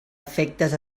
efectes